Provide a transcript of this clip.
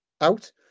out